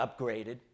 upgraded